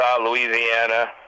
Louisiana